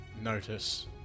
notice